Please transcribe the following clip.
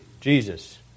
Jesus